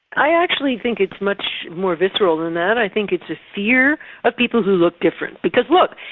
i actually think it's much more visceral than that. i think it's a fear of people who look different. because look,